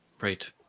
Right